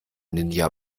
ninja